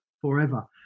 forever